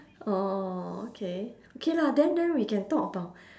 orh okay okay lah then then we can talk about